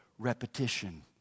Repetition